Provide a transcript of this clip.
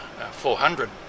400